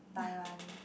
Taiwan